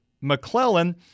McClellan